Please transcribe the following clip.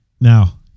Now